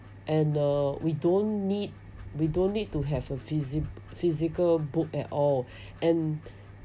and uh we don't need we don't need to have a physi~ physical book at all and